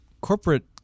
corporate